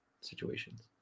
situations